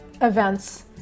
events